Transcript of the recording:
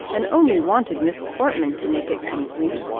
and only wanted miss portman to make it complete.